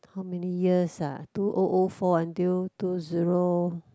how many years uh two O O four until two zero